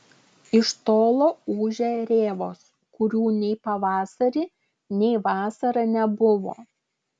iš tolo ūžia rėvos kurių nei pavasarį nei vasarą nebuvo